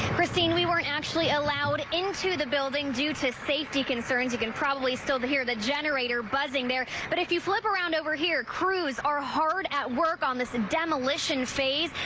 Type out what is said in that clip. christine we were actually allowed into the building due to safety concerns you can probably still hear the generator buzzing there, but if you flip around over here crews are hard at work on this and demolition phase.